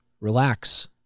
relax